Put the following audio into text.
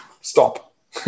stop